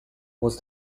was